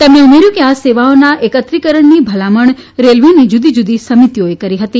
તેમણે ઉમેર્યું કે આ સેવાઓની એકત્રીકરણની ભલામણ રેલવેની જુદીજુદી સમિતિઓએ કરી હતી